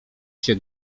się